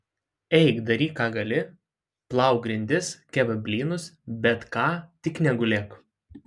eik daryk ką gali plauk grindis kepk blynus bet ką tik negulėk